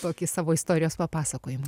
tokį savo istorijos papasakojimui